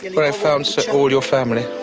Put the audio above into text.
where i found so all your family,